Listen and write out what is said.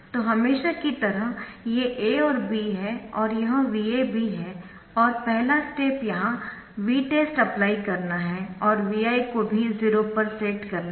तो हमेशा की तरह ये A और B है और यह VAB है और पहला स्टेप यहां Vtest अप्लाई करना है और Vi को भी 0 पर सेट करना है